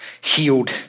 healed